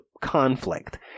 conflict